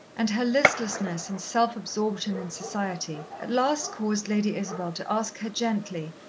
and her listlessness and self-absorption in society at last caused lady isabel to ask her gently,